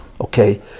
okay